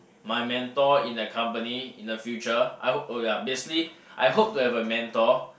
my mentor in that company in the future I'll oh ya basically I hope to have a mentor